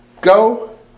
Go